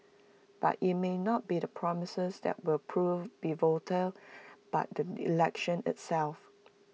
but IT may not be the promises that will prove pivotal but the election itself